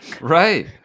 Right